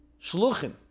shluchim